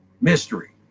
Mystery